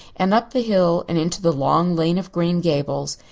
and up the hill and into the long lane of green gables.